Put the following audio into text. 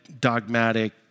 dogmatic